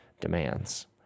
demands